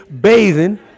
bathing